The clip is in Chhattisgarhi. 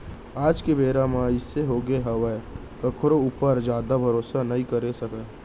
आज के बेरा म अइसे होगे हावय कखरो ऊपर जादा भरोसा नइ करे सकस